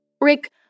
Rick